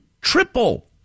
Triple